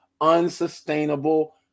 unsustainable